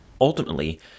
Ultimately